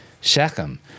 Shechem